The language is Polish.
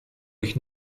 ich